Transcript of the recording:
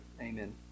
amen